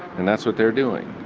and that's what they are doing.